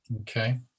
Okay